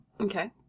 Okay